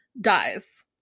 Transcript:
dies